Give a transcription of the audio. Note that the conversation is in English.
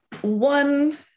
One